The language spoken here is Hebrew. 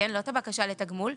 לא את הבקשה לתגמול,